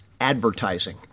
advertising